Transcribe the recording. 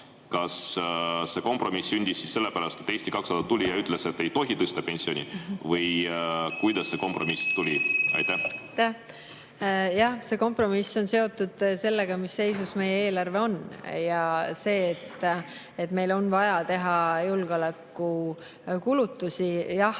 Kas see kompromiss sündis siis sellepärast, et Eesti 200 tuli ja ütles, et ei tohi tõsta pensioni, või kuidas see kompromiss tuli? (Juhataja helistab kella.) Aitäh! Jah, see kompromiss on seotud sellega, mis seisus meie eelarve on, ja sellega, et meil on vaja teha julgeolekukulutusi. Jah,